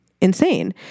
insane